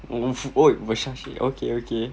!oof! of Versace okay okay